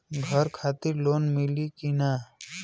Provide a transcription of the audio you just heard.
घर खातिर लोन मिली कि ना?